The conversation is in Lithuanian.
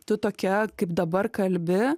tu tokia kaip dabar kalbi